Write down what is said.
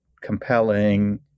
compelling